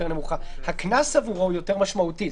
נמוכה והקנס עבורו הוא יותר משמעותי.